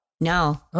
No